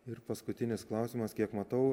ir paskutinis klausimas kiek matau